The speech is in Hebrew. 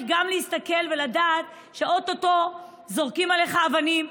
גם להסתכל ולדעת שאו-טו-טו זורקים עליך אבנים.